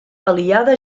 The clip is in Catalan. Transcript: aliada